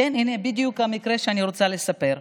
כן, הינה, בדיוק המקרה שאני רוצה לספר.